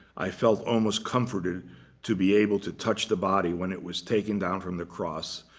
i felt almost comforted to be able to touch the body when it was taken down from the cross,